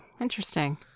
interesting